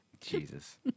Jesus